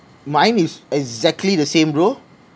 mine is exactly the same bro